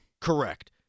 Correct